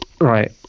Right